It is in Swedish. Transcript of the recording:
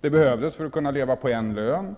Det behövdes också för att kunna leva på en lön.